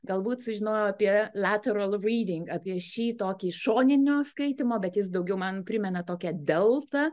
galbūt sužinojo apie natūralų įdegį apie šį tokį šoninio skaitymo bet jis daugiau man primena tokią deltą